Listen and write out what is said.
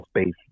space